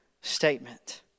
statement